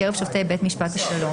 מקרב שופטי בית משפט השלום,